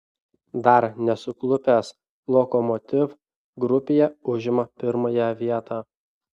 dar nesuklupęs lokomotiv grupėje užima pirmąją vietą